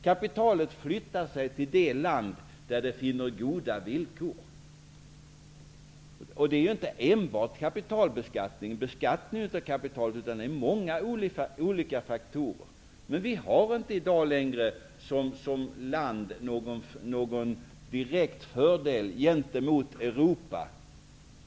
Kapitalet flyttar sig till det land där det finner goda villkor -- inte enbart när det gäller beskattningen av kapitalet, utan det är fråga om många olika faktorer. Men vi har som land inte längre någon direkt fördel gentemot Europa.